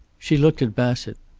she looked at bassett.